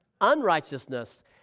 Unrighteousness